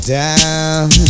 down